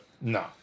No